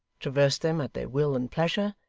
traversed them at their will and pleasure,